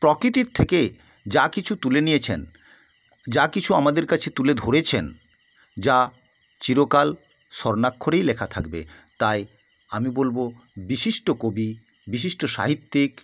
প্রকৃতির থেকে যা কিছু তুলে নিয়েছেন যা কিছু আমাদের কাছে তুলে ধরেছেন যা চিরকাল স্বর্ণাক্ষরেই লেখা থাকবে তাই আমি বলব বিশিষ্ট কবি বিশিষ্ট সাহিত্যিক